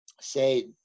say